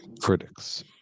Critics